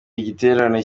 igiterane